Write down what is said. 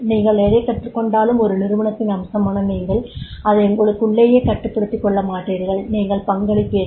நீங்கள் எதை கற்றுக்கொண்டாலும் ஒரு நிறுவனத்தின் அம்சமான நீங்கள் அதை உங்களுக்குள்ளேயே கட்டுப்படுத்திக் கொள்ள மாட்டீர்கள் நீங்கள் பங்களிப்பீர்கள்